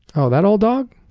oh, that old dog?